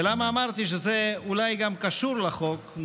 ולמה אמרתי שזה אולי גם קשור לחוק?